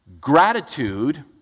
gratitude